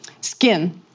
skin